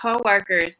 coworkers